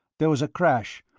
there was a crash,